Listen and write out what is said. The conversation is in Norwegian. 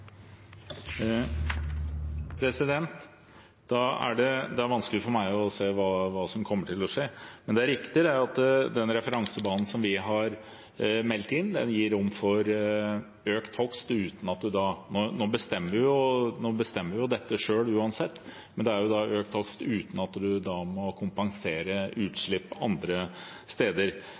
Det er vanskelig for meg å se hva som kommer til å skje, men det er riktig at den referansebanen som vi har meldt inn, gir rom for økt hogst. Nå bestemmer vi jo dette selv, uansett, men det er økt hogst uten at en må kompensere utslipp andre steder.